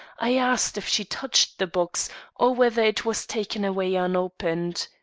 i asked if she touched the box or whether it was taken away unopened.